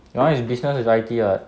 your [one] is business with I_T [what]